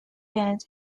band